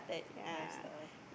nice stuff